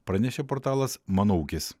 pranešė portalas mano ūkis